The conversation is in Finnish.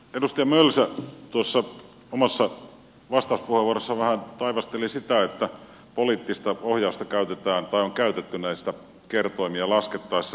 edustaja mölsä omassa vastauspuheenvuorossaan vähän taivasteli sitä että poliittista ohjausta käytetään tai on käytetty näitä kertoimia laskettaessa